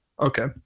okay